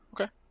Okay